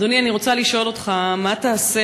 אדוני, אני רוצה לשאול אותך: מה תעשה